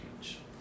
change